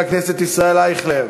חבר הכנסת ישראל אייכלר,